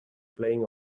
playing